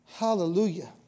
Hallelujah